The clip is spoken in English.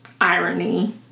irony